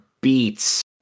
beats